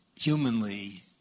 humanly